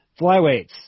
Flyweights